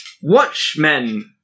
Watchmen